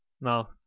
no